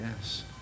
Yes